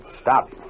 Stop